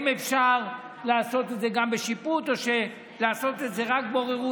אם אפשר לעשות את זה גם בשיפוט או לעשות את זה רק בוררות.